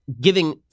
giving